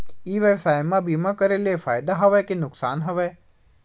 ई व्यवसाय म बीमा करे ले फ़ायदा हवय के नुकसान हवय?